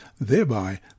thereby